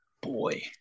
boy